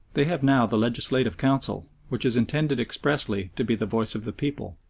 they have now the legislative council, which is intended expressly to be the voice of the people,